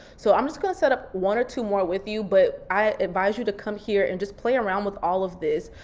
so i'm just gonna set up one or two more with you, but i advise you to come here and just play around with all of this,